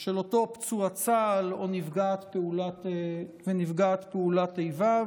של אותו פצוע צה"ל או נפגעת פעולת איבה.